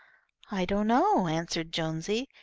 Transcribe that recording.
i don't know, answered jonesy.